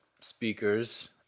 speakers